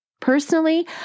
Personally